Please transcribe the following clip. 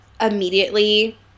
immediately